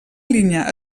línia